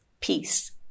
peace